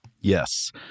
Yes